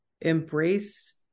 embrace